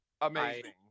amazing